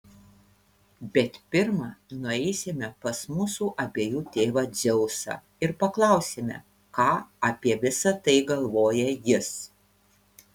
bet pirma nueisime pas mūsų abiejų tėvą dzeusą ir paklausime ką apie visa tai galvoja jis